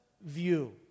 view